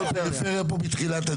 אנחנו על פריפריה פה מתחילת הדיון.